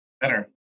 better